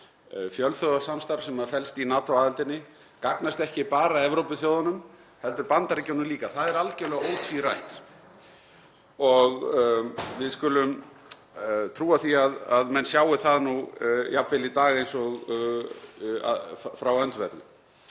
fjölþjóðasamstarf sem felst í NATO-aðildinni gagnist ekki bara Evrópuþjóðunum heldur Bandaríkjunum líka. Það er algerlega ótvírætt. Við skulum trúa því að menn sjái það nú jafn vel í dag og frá öndverðu.